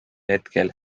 hetkel